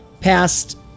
past